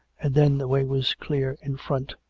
and then the way was clear in front,